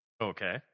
Okay